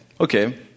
okay